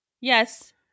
Yes